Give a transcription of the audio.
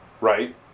Right